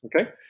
Okay